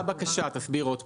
מה הבקשה תסביר עוד פעם?